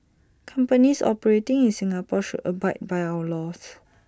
companies operating in Singapore should abide by our laws